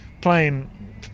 playing